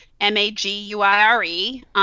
M-A-G-U-I-R-E